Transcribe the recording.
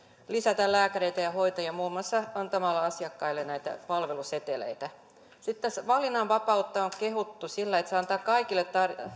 lisätä lääkäreitä ja hoitajia muun muassa antamalla asiakkaille näitä palveluseteleitä sitten tässä valinnanvapautta on kehuttu sillä että se antaa kaikille